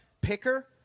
Picker